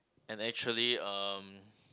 and actually um